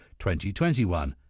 2021